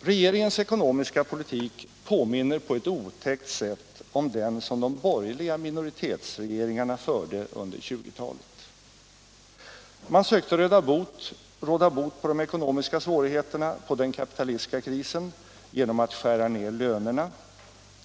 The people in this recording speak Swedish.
Regeringens ekonomiska politik påminner på ett otäckt sätt om den som de borgerliga minoritetsregeringarna förde under 1920-talet. Man sökte råda bot på de ekonomiska svårigheterna, på den kapitalistiska krisen, genom att skära ner lönerna,